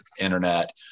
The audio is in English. Internet